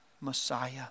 Messiah